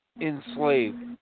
enslaved